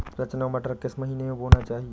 रचना मटर किस महीना में बोना चाहिए?